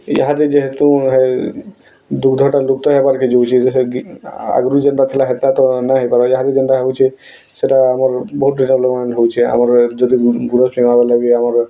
ଇହାଦେ ଯେହେତୁ ହେ ଦୁଗ୍ଧଟା ଲୁପ୍ତ ହେବାର୍କେ ଯଉଚେ ଆଗ୍ରୁ ଯେନ୍ତା ଥିଲା ହେନ୍ତା ତ ନାଇ ହେଇ ପାର୍ବା ଇହାଦେ ଯେନ୍ତା ହଉଛେ ସେଟା ଆମର୍ ବହୁତ ଡେଭ୍ଲପ୍ମେଣ୍ଟ୍ ହଉଛେ ଆମର ଯଦି ଗୁରସ୍ କିଣ୍ବା ବଏଲେ ବି ଆମର୍